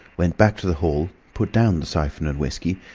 went back to the hall, put down the syphon and whiskey,